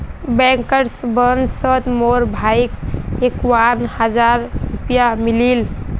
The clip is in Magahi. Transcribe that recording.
बैंकर्स बोनसोत मोर भाईक इक्यावन हज़ार रुपया मिलील